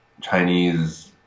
Chinese